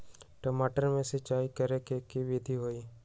टमाटर में सिचाई करे के की विधि हई?